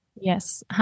yes